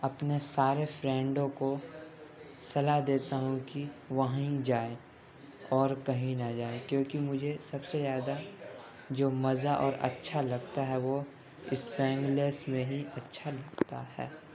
اپنے سارے فرنڈوں کو صلاح دیتا ہوں کہ وہیں جائے اور کہیں نہ جائے کیونکہ مجھے سب سے زیادہ جو مزہ اور اچھا لگتا ہے وہ اسپین لیس میں ہی اچھا لگتا ہے